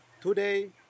today